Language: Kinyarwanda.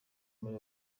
muri